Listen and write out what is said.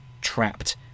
trapped